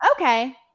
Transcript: Okay